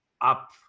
up